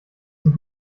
zum